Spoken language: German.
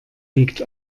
liegt